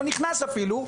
אני לא נכנס אפילו,